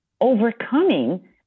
overcoming